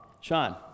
Sean